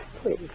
Please